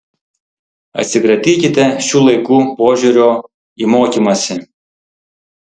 atsikratykite šių laikų požiūrio į mokymąsi